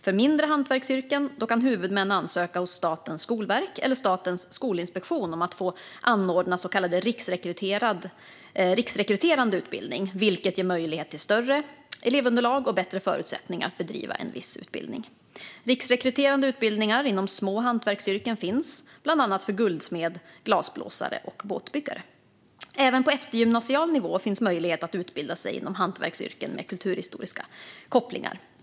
För mindre hantverksyrken kan huvudmän ansöka hos Statens skolverk eller Statens skolinspektion om att få anordna så kallad riksrekryterande utbildning, vilket ger möjlighet till större elevunderlag och bättre förutsättningar att bedriva en viss utbildning. Riksrekryterande utbildningar inom små hantverksyrken finns bland annat för utbildning till guldsmed, glasblåsare och båtbyggare. Även på eftergymnasial nivå finns möjlighet att utbilda sig inom hantverksyrken med kulturhistoriska kopplingar.